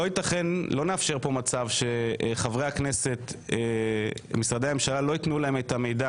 לא נאפשר מצב שמשרדי הממשלה לא יתנו לחברי הכנסת את המידע